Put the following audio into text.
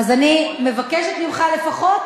אז אני מבקשת ממך לפחות,